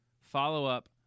Follow-up